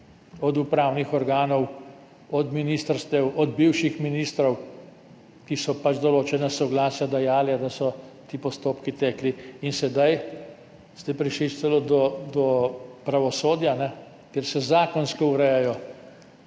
od upravnih organov do ministrstev, do bivših ministrov, ki so pač določena soglasja dajali, da so ti postopki tekli. In sedaj ste prišli celo do pravosodja, kjer se zakonsko urejajo